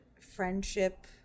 friendship